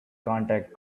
contact